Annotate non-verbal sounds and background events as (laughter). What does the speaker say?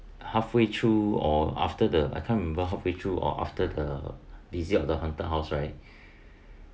halfway through or after the I can't remember halfway through or after the visit of the haunted house right (breath)